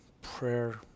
prayer